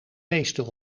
meester